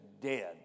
dead